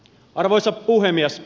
arvoisa puhemies